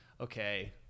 okay